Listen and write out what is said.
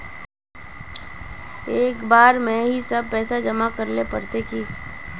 एक बार में ही सब पैसा जमा करले पड़ते की?